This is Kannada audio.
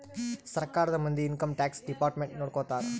ಸರ್ಕಾರದ ಮಂದಿ ಇನ್ಕಮ್ ಟ್ಯಾಕ್ಸ್ ಡಿಪಾರ್ಟ್ಮೆಂಟ್ ನೊಡ್ಕೋತರ